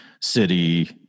city